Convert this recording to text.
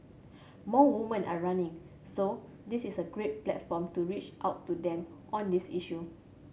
more woman are running so this is a great platform to reach out to them on this issue